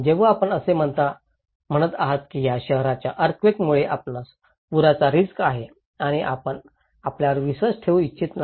जेव्हा आपण असे म्हणत आहात की या शहराच्या अर्थक्वेकामुळे आपणास पुराचा रिस्क आहे आणि आपण आपल्यावर विश्वास ठेवू इच्छित नाही